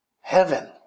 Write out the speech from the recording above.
Heaven